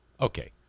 okay